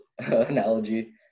analogy